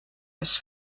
als